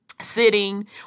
sitting